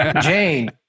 Jane